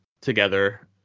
together